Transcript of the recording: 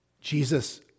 Jesus